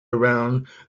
around